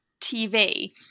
TV